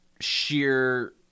sheer